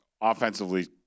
offensively